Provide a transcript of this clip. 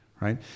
right